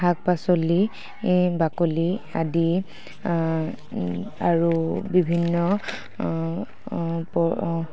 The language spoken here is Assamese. শাক পাচলি বাকলি আদি আৰু বিভিন্ন